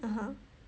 (uh huh)